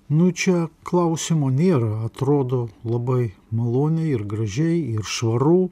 nu čia klausimo nėra atrodo labai maloniai ir gražiai ir švaru